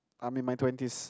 I'm in my twenties